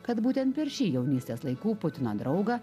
kad būtent per šį jaunystės laikų putino draugą